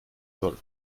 soll